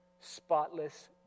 spotless